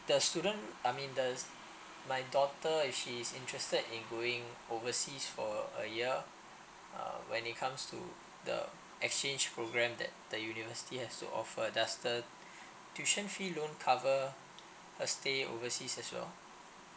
the student I mean the my daughter if she's interested in going overseas for a year uh when it comes to the exchange program that the university has to offer does the tuition fee loan cover a stay overseas as well